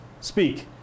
speak